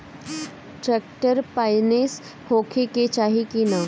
Tractor पाईनेस होखे के चाही कि ना?